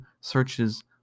searches